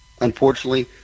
Unfortunately